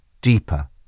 deeper